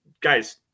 Guys